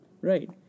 Right